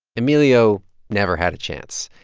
emilio never had a chance.